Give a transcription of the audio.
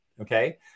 Okay